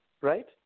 Right